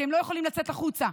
כי הם לא יכולים לצאת החוצה,